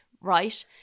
right